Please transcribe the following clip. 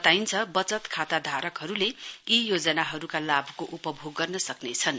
बताइन्छ बचत खाता धारकहरूले यी योजनाहरूका लाभको उपभोग गर्न सक्रेछन्